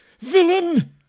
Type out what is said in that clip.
villain